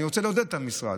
אני רוצה לעודד את המשרד,